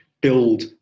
build